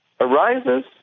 arises